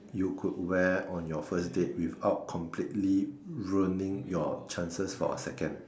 you could wear on your first date without completely ruining your chances for a second